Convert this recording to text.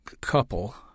couple